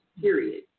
period